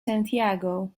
santiago